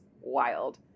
wild